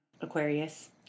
Aquarius